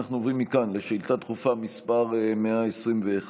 אנחנו עוברים מכאן לשאילתה דחופה מס' 121,